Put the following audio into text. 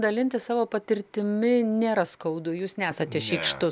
dalintis savo patirtimi nėra skaudu jūs nesate šykštus